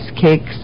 cakes